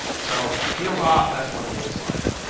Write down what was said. so peeled off, that's what it looks like.